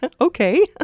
Okay